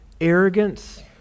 arrogance